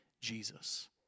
Jesus